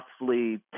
roughly